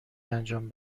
انجام